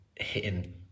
hitting